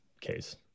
case